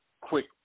quick